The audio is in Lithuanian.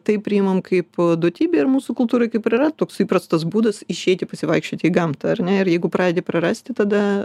tai priimam kaip duotybė ir mūsų kultūroj kaip ir yra toks įprastas būdas išeiti pasivaikščioti į gamtą ar ne ir jeigu pradedi prarasti tada